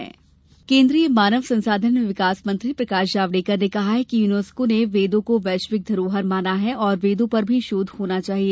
जावडेकर केंद्रीय मानव संसाधन एवं विकास मंत्री प्रकाश जावड़ेकर ने कहा कि यूनेस्को ने वेदों को वैश्विक धरोहर माना है और वेदों पर भी शोध होना चाहिए